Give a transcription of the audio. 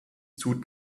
tut